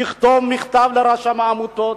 יכתוב מכתב לרשם העמותות,